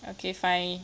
okay fine